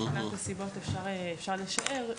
מבחינת הסיבות אפשר לשער.